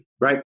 right